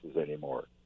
anymore